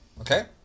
okay